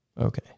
Okay